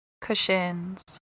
cushions